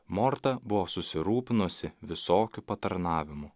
morta buvo susirūpinusi visokiu patarnavimu